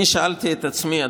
אני שאלתי את עצמי,